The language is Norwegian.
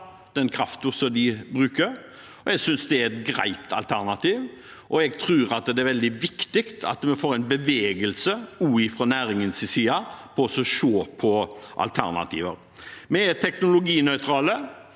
den kraften de bruker, og jeg synes det er et greit alternativ. Jeg tror det er veldig viktig at vi får en bevegelse også fra næringens side når det gjelder å se på alternativer. Vi er teknologinøytrale.